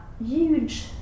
huge